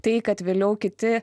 tai kad vėliau kiti